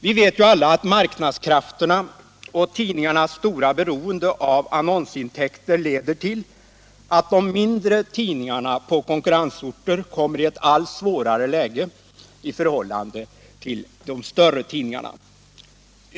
Vi vet ju alla att marknadskrafterna och tidningarnas stora beroende av annonsintäkter leder till att de mindre tidningarna på konkurrensorter kommer i ett allt svårare läge i förhållande till de större tidningarna.